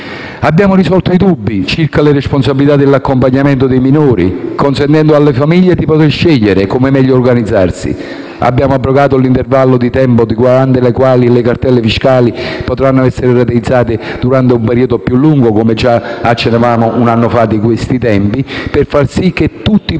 Abbiamo risolto i dubbi circa le responsabilità dell'accompagnamento dei minori, consentendo alle famiglie di poter scegliere come meglio organizzarsi. Abbiamo allungato l'intervallo di tempo durante il quale le cartelle fiscali potranno essere rateizzate, come già accennavamo un anno fa di questi tempi, per far sì che tutti paghino